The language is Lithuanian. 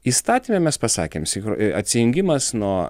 įstatyme mes pasakėm sinchro atsijungimas nuo